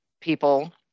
people